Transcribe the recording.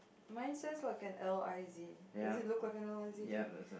mine says like a L I Z does it look like a L I Z to you